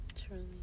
Truly